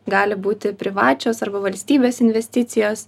gali būti privačios arba valstybės investicijos